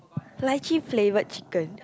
lychee flavoured chicken